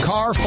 Car